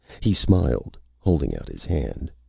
he smiled, holding out his hand.